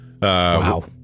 Wow